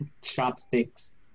chopsticks